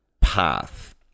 path